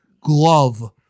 glove